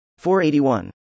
481